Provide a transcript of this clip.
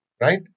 right